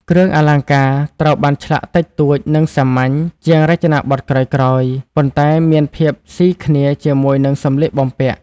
គ្រឿងអលង្ការត្រូវបានឆ្លាក់ តិចតួច និងសាមញ្ញ ជាងរចនាបថក្រោយៗ ប៉ុន្តែមានភាពស៊ីគ្នាជាមួយនឹងសម្លៀកបំពាក់។